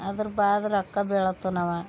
ಅದರ ಬಾದ್ ರೊಕ್ಕ ಬೇಳತ್ತಾನವ